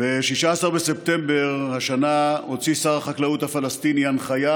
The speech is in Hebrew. ב-16 בספטמבר השנה הוציא שר החקלאות הפלסטיני הנחיה